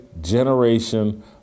generation